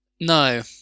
no